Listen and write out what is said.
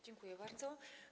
Dziękuję bardzo.